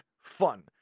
fun